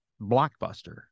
blockbuster